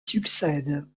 succède